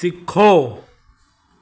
सिखो